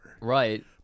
Right